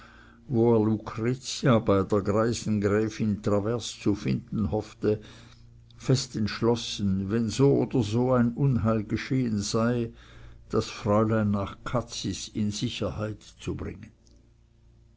bei der greisen gräfin travers zu finden hoffte fest entschlossen wenn so oder so ein unheil geschehen sei das fräulein nach cazis in sicherheit zu bringen